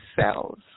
cells